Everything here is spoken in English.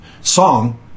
song